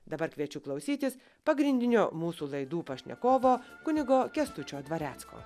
dabar kviečiu klausytis pagrindinio mūsų laidų pašnekovo kunigo kęstučio dvarecko